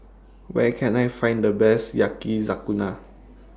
Where Can I Find The Best Yakizakana